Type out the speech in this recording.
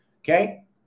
Okay